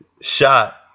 shot